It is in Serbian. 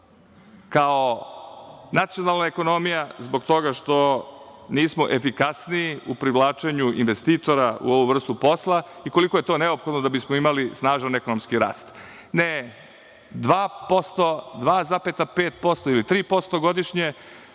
kao nacionalna ekonomija, zbog toga što nismo efikasniji u privlačenju investitora u ovu vrstu posla i koliko je to neophodno da bismo imali snažan ekonomski rast, ne 2%, 2,5% ili 3% godišnje,